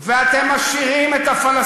חודשים אמרת בוושינגטון משהו מעניין,